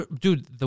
Dude